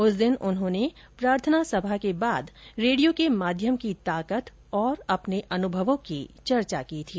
उस दिन उन्होंने प्रार्थना सभा के बाद रेडियो के माध्यम की ताकत और अपने अनुभवों की चर्चा की थी